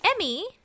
Emmy